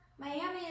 Miami